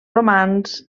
romans